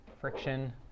friction